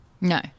No